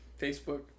Facebook